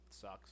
sucks